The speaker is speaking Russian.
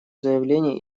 заявление